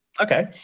Okay